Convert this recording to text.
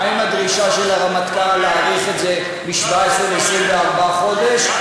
מה עם הדרישה של הרמטכ"ל להאריך את זה מ-17 ל-24 חודש?